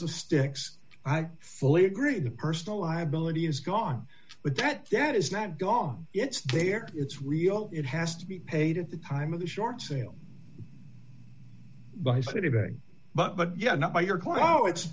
sticks i fully agree the personal liability is gone but that that is not gone it's there it's real it has to be paid at the time of the short sale by city but yeah not by your quo it's